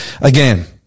again